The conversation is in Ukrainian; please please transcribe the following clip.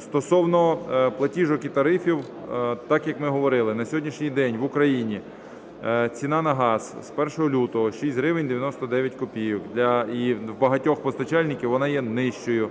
Стосовно платіжок і тарифів. Так як ми говорили, на сьогоднішній день в Україні ціна на газ з 1 лютого 6 гривень 99 копійок. І в багатьох постачальників вона є нижчою.